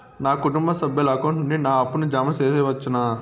నా కుటుంబ సభ్యుల అకౌంట్ నుండి నా అప్పును జామ సెయవచ్చునా?